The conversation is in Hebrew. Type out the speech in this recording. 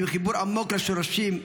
עם חיבור עמוק לשורשים,